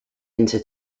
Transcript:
into